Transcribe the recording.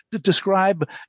describe